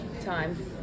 time